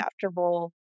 comfortable